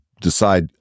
decide